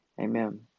Amen